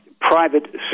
private